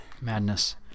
Madness